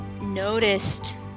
noticed